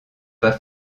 pas